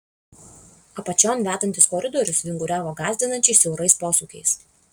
apačion vedantis koridorius vinguriavo gąsdinančiai siaurais posūkiais